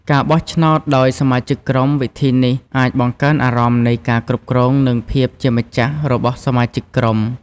ការបោះឆ្នោតដោយសមាជិកក្រុម វិធីនេះអាចបង្កើនអារម្មណ៍នៃការគ្រប់គ្រង និងភាពជាម្ចាស់របស់សមាជិកក្រុម។